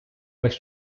весь